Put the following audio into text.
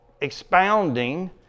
expounding